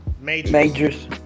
majors